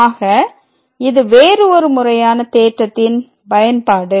ஆக இது வேறு ஒரு முறையான தேற்றத்தின் பயன்பாடு